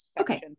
Okay